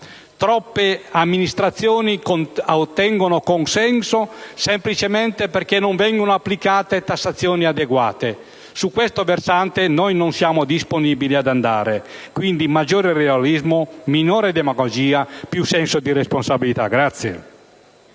Troppe amministrazioni ottengono consensi semplicemente perché non vengono applicate tassazioni adeguate. Su questo versante non siamo disponibili ad andare. Quindi, maggiore realismo, minore demagogia e più senso di responsabilità.